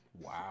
Wow